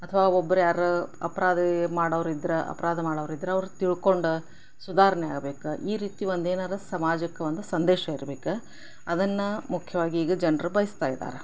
ಅಥವಾ ಒಬ್ರು ಯಾರು ಅಪರಾದೀ ಮಾಡೋರು ಇದರ ಅಪರಾಧ ಮಾಡೋರಿದ್ರೆ ಅವ್ರು ತಿಳ್ಕೊಂಡು ಸುಧಾರಣೆ ಆಗ್ಬೇಕು ಈ ರೀತಿ ಒಂದು ಏನಾದರೂ ಸಮಾಜಕ್ಕೊಂದು ಸಂದೇಶ ಇರ್ಬೇಕು ಅದನ್ನು ಮುಖ್ಯವಾಗಿ ಈಗ ಜನರು ಬಯಸ್ತಾ ಇದ್ದಾರೆ